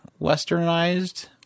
westernized